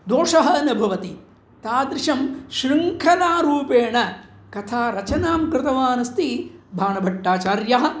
दोषः न भवति तादृशं शृङ्खलारूपेण कथारचनां कृतवानस्ति बाणभट्टाचार्यः